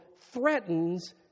threatens